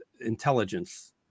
intelligence